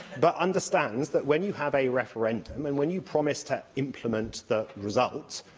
but understands that, when you have a referendum, and when you promise to implement the result,